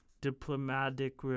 Diplomatic